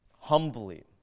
humbly